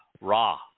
raw